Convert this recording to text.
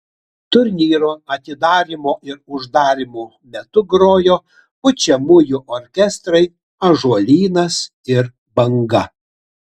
turnyro atidarymo ir uždarymo metu grojo pučiamųjų orkestrai ąžuolynas ir banga